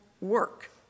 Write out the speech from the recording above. work